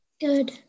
Good